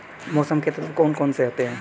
मौसम के तत्व कौन कौन से होते हैं?